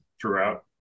throughout